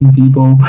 people